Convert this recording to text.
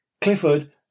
Clifford